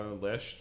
Last